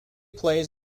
plays